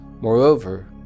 Moreover